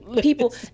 People